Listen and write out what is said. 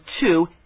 two